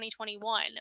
2021